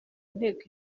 nteko